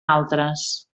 altres